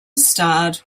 starred